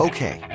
Okay